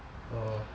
oh